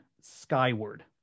skyward